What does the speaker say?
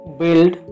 build